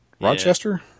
Rochester